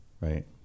right